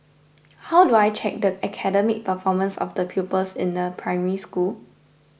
how do I check the academic performance of the pupils in a Primary School